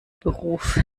beruf